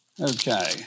Okay